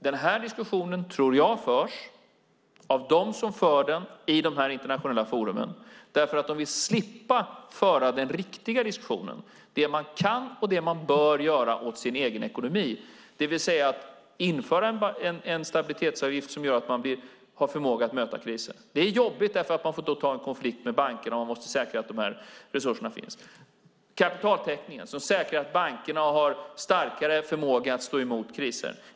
Den här diskussionen tror jag förs av dem som för den i de internationella forumen därför att de vill slippa föra den riktiga diskussionen om det man kan och det man bör göra åt sin egen ekonomi, det vill säga att införa en stabilitetsavgift som gör att man har förmåga att möta krisen. Det är jobbigt därför att man då får ta en konflikt med bankerna och måste säkra att resurserna finns. Kapitaltäckningen säkrar att bankerna har en starkare förmåga att stå emot kriser.